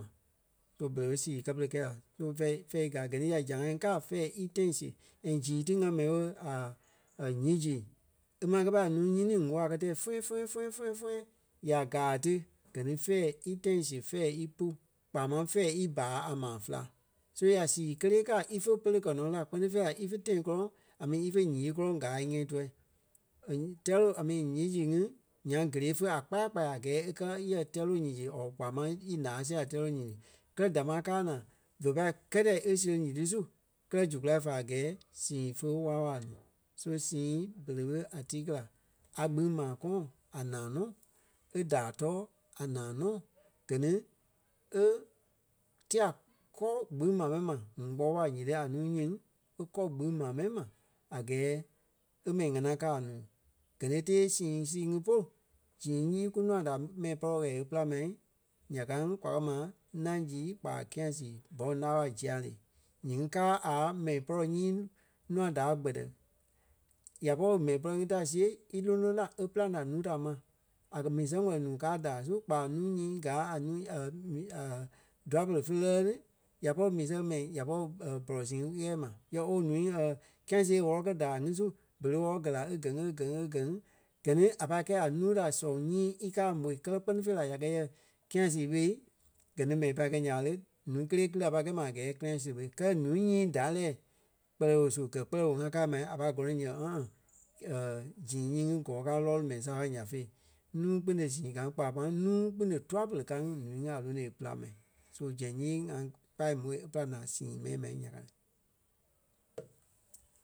So berei ɓé sîi kɛ́ pere kɛɛ la. So fɛ̂ɛ- fɛ̂ɛ í gaa. Gɛ ni ya zãa ŋai ŋí kàa fɛ̂ɛ í tãi siɣe. And zîi tí ŋa mɛni ɓo a e ǹyiŋ-zí. E máŋ kɛ pai nuu nyiŋ nii ŋ̀óo a kɛ̀ tɛ̀ fɛfɛfɛfɛfɛ ya gaa tí gɛ ni fɛ̂ɛ í tãi siɣe; fɛ̂ɛ í pú kpaa máŋ fɛ̂ɛ í báa a maa féla. So ya sîi kélee kaa ífe pɛ́lɛ kɛ́ nɔ la kpɛ́ni fêi la ífe tãi kɔlɔŋ a mi ífe ǹyee kɔlɔŋ gaa íŋɛi tuɛ. Tɛ́ɛ-loŋ a mi ǹyiŋ-zi ŋí nyaŋ gélee fe a kpaya kpaya a gɛɛ é kɛ̀ yɛ tɛ́ɛ-loŋ nyiŋ-zi or kpaa máŋ í ǹaa see a tɛ́ɛ-loŋ ǹyiŋ-zi. Kɛlɛ damaa káa naa ve pai kɛ́tɛ e séri nyiti su kɛlɛ zu kula fá a gɛɛ sîi fe wala-wala ní. So sîi berei ɓé a tíi kɛ́ la. A kpîŋ maa kɔɔŋ a nanɔ̂ɔ, e daai tɔɔ a nanɔ̂ɔ gɛ ni e tiya kɔ́ gbîŋ maa mɛni ma. ŋuŋ kpɔ ɓa nyiti a núu nyiŋ e kɔ́ gbîŋ maa mɛni ma a gɛɛ e mɛni ŋánaa kɛ́ a nuu. Gɛ ni e tée sîi sii ŋí polu, zîi nyii kunûa da mɛni pɔlɔ ɣɛɛ e pîlaŋ ma nya ka ŋí kwa kɛ́ ma ńâŋ sîi kpaa can sîi bɔ̂ŋ la ɓa zîɛ-lee. Nyiŋí káa a mɛni pɔlɔ nyii nûa da kpɛtɛ. Ya pɔri mɛni ŋí ta siɣei e lóno la e pîlaŋ la núu da ma. A kɛ̀ mii wɛli nuu káa daai su kpaa nuu nyii gáa a núu nu- dûai pere fe lɛ́lɛ ní ya pɔri mii sɛŋ mɛni ya pɔri pɔlɔ sii ŋi ɣɛɛ ma. Yɛ ooo ǹúu ŋí can sii wɔ́lɔ kɛ́ daai ŋí su berei í wɔ́lɔ gɛ́ la e gɛ ŋí e gɛ ŋí e gɛ ŋí. Gɛ ni a pâi kɛi a núu da soŋ nyii íkaa môi kɛlɛ kpɛ́ni fêi la ya kɛi yɛ can sii ɓé. Gɛ ni mɛni pai kɛi nya ɓa lé, núu kélee kili a pai kɛi ma a gɛɛ can sîi ɓe. Kɛlɛ ǹúu nyii dárei kpɛlɛ woo su gɛ kpɛlɛɛ woo ŋa káa ma a pai gɔlɔŋ nii yɛ zîi nyiŋi gɔɔ káa lɔɔlu mɛi saaɓa ya féi. Nuu-kpune sîi ka ŋí kpaa máŋ nuu-kpune tûa-pere ka ŋí ǹúu ŋí a lônoi e pîlaŋ ma. So zɛŋ nyii ŋa pai môi e pîlaŋ la sîi mɛni ma nya ka ŋí.